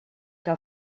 que